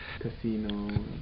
Casino